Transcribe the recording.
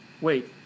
wait